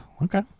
Okay